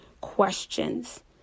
questions